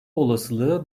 olasılığı